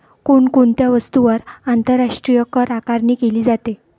कोण कोणत्या वस्तूंवर आंतरराष्ट्रीय करआकारणी केली जाते?